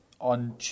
on